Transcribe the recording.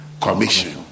commission